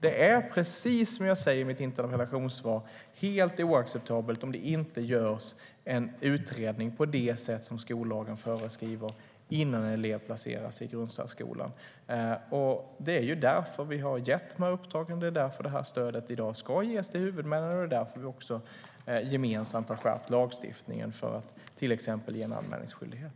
Det är, precis som jag säger i mitt interpellationssvar, helt oacceptabelt om det inte görs en utredning på det sätt som skollagen föreskriver innan en elev placeras i grundsärskolan. Det är därför vi har gett de här uppdragen, det är därför detta stöd i dag ska ges till huvudmännen och det är därför vi också gemensamt har skärpt lagstiftningen för att till exempel ge anmälningsskyldighet.